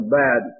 bad